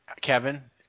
Kevin